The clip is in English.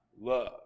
love